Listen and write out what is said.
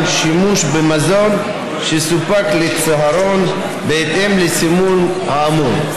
שימוש במזון שסופק לצהרון בהתאם לסימון האמור.